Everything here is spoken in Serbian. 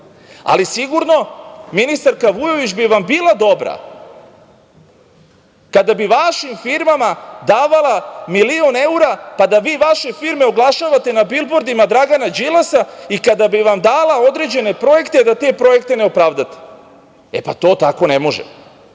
sigurno, ministarka Vujović bi vam bila dobra, kada bi vašim firmama davala milion evra, pa da vi vaše firme oglašavate na bilbordima Dragana Đilasa, i kada bi vam dala određene projekte da te projekte ne opravdate. E, pa to tako ne može.